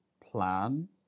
plan